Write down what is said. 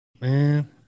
Man